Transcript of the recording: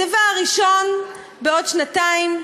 הדבר הראשון בעוד שנתיים,